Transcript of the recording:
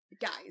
guys